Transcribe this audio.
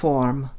Form